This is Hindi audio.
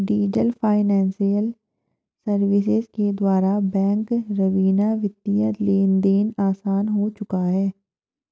डीजल फाइनेंसियल सर्विसेज के द्वारा बैंक रवीना वित्तीय लेनदेन आसान हो चुका है